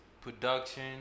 Production